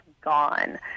gone